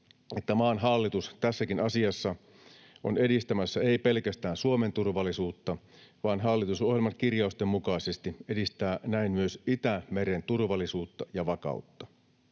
maan hallitus tässäkin asiassa on edistämässä ei pelkästään Suomen turvallisuutta, vaan hallitusohjelman kirjausten mukaisesti näin myös Itämeren turvallisuutta ja vakautta.